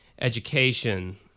education